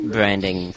Branding